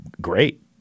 great